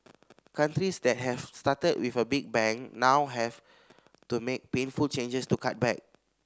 countries that have started with a big bang now have to make painful changes to cut back